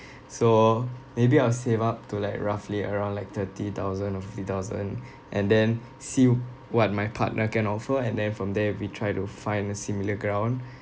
so maybe I'll save up to like roughly around like thirty thousand or fifty thousand and then see what my partner can offer and then from there we try to find a similar ground